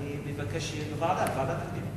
אני מבקש שיהיה בוועדה, ועדת הפנים.